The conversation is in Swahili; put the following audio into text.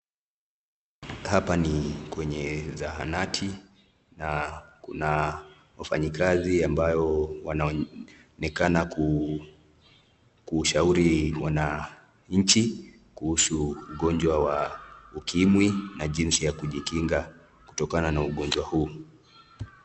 Hapa ni kwenye zahanati na kuna wafanyikazi ambao wanaonekana kushauri wananchi kuhusu ugonjwa wa ukimwi na jinsi ya kujikinga kutokana na ugonjwa huu.